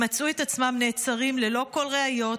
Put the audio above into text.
הם מצאו את עצמם נעצרים ללא כל ראיות,